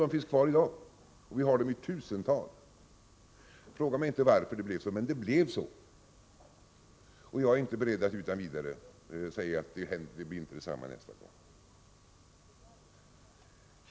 Den här generationen missbrukare har vi i dag. Fråga mig inte varför det blev så, men det är ett faktum att vi har dessa utslagna, och jag är inte beredd att utan vidare säga att detta inte kan hända igen.